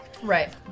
Right